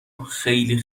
خیلی